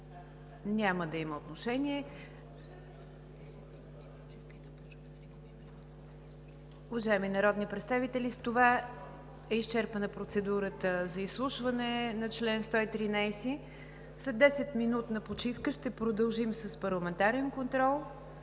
Няма да има отношение. Уважаеми народни представители, с това е изчерпана процедурата за изслушване по чл. 113. След 10-минутна почивка ще продължим с Парламентарния контрол.